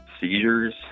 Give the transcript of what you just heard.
seizures